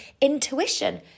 intuition